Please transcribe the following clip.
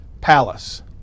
palace